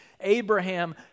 Abraham